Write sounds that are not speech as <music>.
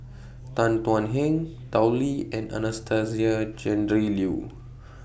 Tan Thuan Heng Tao Li and Anastasia Tjendri Liew <noise>